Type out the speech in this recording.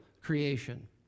creation